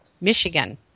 Michigan